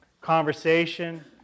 conversation